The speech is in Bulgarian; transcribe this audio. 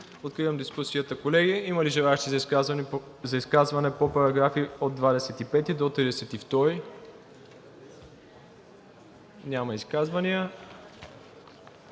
Откривам дискусията. Има ли желаещи за изказване по параграфи 25 – 32? Няма изказвания.